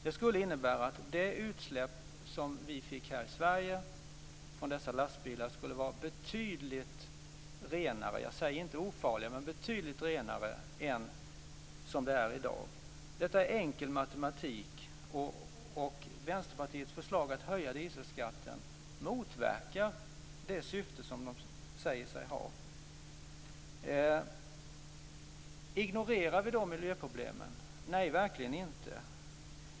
Det skulle innebära att de utsläpp som vi fick här i Sverige från dessa lastbilar skulle vara betydligt renare - jag säger inte ofarliga, men betydligt renare - än i dag. Detta är enkel matematik. Vänsterpartiets förslag att höja dieselskatten motverkar det syfte som partiet säger sig ha. Ignorerar vi då miljöproblemen? Nej, verkligen inte.